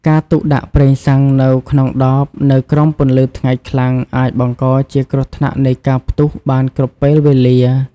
ការទុកដាក់ប្រេងសាំងនៅក្នុងដបនៅក្រោមពន្លឺថ្ងៃខ្លាំងអាចបង្កជាគ្រោះថ្នាក់នៃការផ្ទុះបានគ្រប់ពេលវេលា។